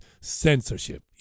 censorship